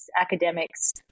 academics